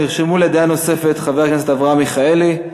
נרשמו לדעה נוספת חבר הכנסת אברהם מיכאלי,